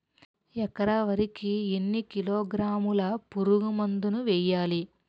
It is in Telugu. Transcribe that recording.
ఎకర వరి కి ఎన్ని కిలోగ్రాముల పురుగు మందులను వేయాలి?